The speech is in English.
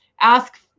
ask